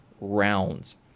rounds